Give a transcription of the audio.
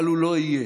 אבל הוא לא יהיה.